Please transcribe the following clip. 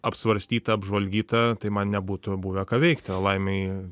apsvarstyta apžvalgyta tai man nebūtų buvę ką veikti o laimei